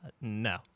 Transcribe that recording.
no